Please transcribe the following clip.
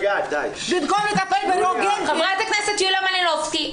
במקום לטפל בריאגנטים --- חברת הכנסת יוליה מלינובסקי,